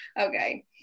Okay